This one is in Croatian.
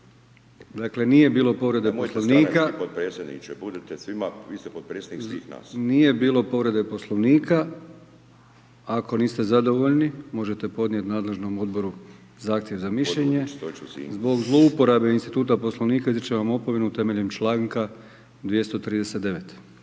(HDZ)** Nije bilo povrede Poslovnika. Ako niste zadovoljni možete podnijet nadležnom odboru zahtjev za mišljenje. Zbog zlouporabe instituta Poslovnika izričem vam opomenu temeljem članka 239.